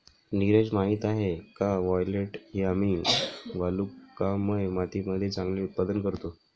नीरज माहित आहे का वायलेट यामी वालुकामय मातीमध्ये चांगले उत्पादन करतो?